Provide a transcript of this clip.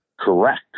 Correct